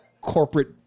corporate